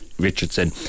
Richardson